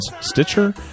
stitcher